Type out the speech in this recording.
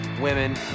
women